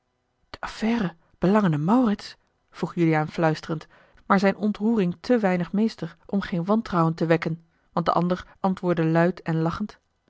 affaire belangende maurits vroeg juliaan fluisterend maar zijne ontroering te weinig meester om geen wantrouwen te wekken want de ander antwoordde luid en lachend